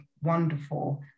wonderful